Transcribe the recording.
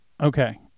Okay